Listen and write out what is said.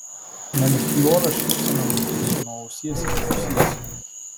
melchioro šypsena nutįso nuo ausies iki ausies